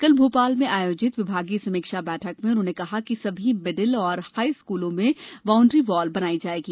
कल भोपाल में आयोजित विभागीय समीक्षा बैठक में उन्होंने कहा कि सभी मिडिल और हाई स्कूलों में वाउन्ड्रीवाल बनाई जाएगी